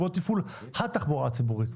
אבל הוא לא תפעול התחבורה הציבורית,